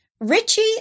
Richie